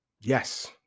yes